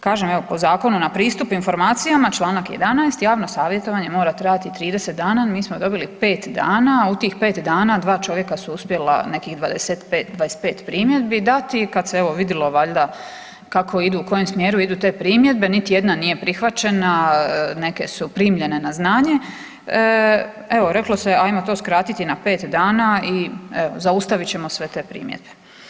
Kažem, evo po Zakonu na pristup informacijama čl. 11. javno savjetovanje mora trajati 30 dana, mi smo dobili pet dana, a u tih pet dana dva čovjeka su uspjela nekih 25 primjedbi dati i kad se vidjelo valjda kako idu u kojem smjeru idu te primjedbe, niti jedna nije prihvaćena, neke su primljene na znanje, evo reklo se ajmo to skratiti na pet dana i evo zaustavit ćemo sve te primjedbe.